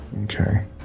Okay